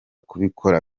kubikora